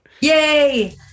Yay